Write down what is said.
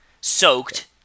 Soaked